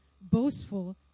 boastful